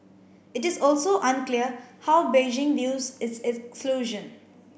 it is also unclear how Beijing views its exclusion